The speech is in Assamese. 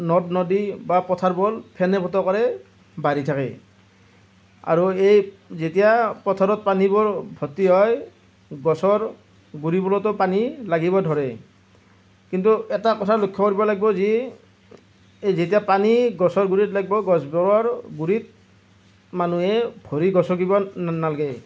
নদ নদী বা পথাৰবোৰ ফেনে ফুটুকাৰে বাঢ়ি থাকে আৰু এই যেতিয়া পথাৰত পানীবোৰ ভৰ্তি হয় গছৰ গুড়িবোৰতো পানী লাগিব ধৰে কিন্তু এটা কথা লক্ষ্য কৰিব লাগিব যে যেতিয়া পানী এই গছ গুৰিত লাগিব গছবোৰৰ গুৰিত মানুহে ভৰি গছকিব নালাগে